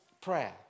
prayer